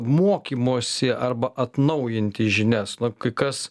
mokymosi arba atnaujinti žinias na kai kas